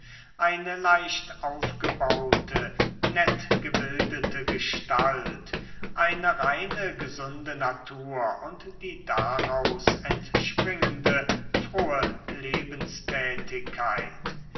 eine leicht aufgebaute nett gebildete gestalt eine reine gesunde natur und die daraus entspringende frohe